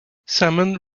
salmon